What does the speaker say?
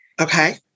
Okay